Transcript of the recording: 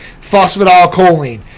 Phosphatidylcholine